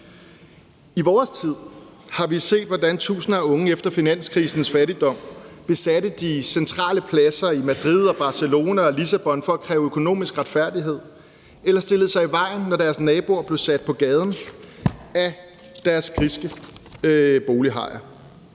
I vores tid har vi set, hvordan tusinder af unge efter finanskrisens fattigdom besatte de centrale pladser i Madrid og Barcelona og Lissabon for at kræve økonomisk retfærdighed eller stillede sig i vejen, når deres naboer blev sat på gaden af deres griske bolighajer.